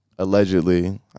Allegedly